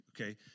okay